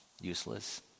Useless